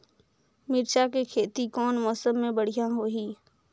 मिरचा के खेती कौन मौसम मे बढ़िया होही?